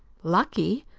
lucky?